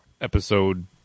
episode